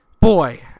boy